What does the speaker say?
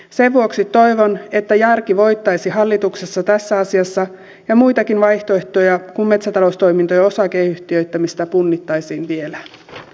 sen vuoksi toivon että järki voittaisi hallituksessa tässä asiassa ja muitakin vaihtoehtoja kuin metsätaloustoimintojen osakeyhtiöittämistä punnittaisiin vielä